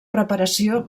preparació